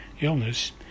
illness